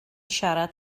siarad